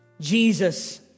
Jesus